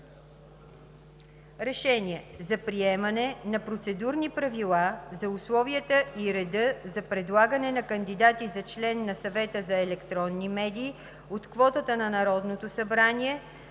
РЕШЕНИЕ за приемане на Процедурни правила за условията и реда за предлагане на кандидати за член на Съвета за електронни медии от квотата на Народното събрание,